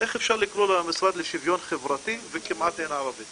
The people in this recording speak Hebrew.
איך אפשר לקרוא לו המשרד לשוויון חברתי וכמעט אין ערבית.